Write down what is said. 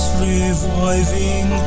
reviving